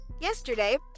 yesterday